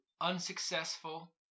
Unsuccessful